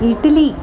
idli